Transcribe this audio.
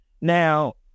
now